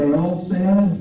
well now